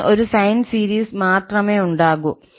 ഇതിന് ഒരു sine series മാത്രമേ ഉണ്ടാകൂ